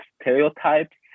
stereotypes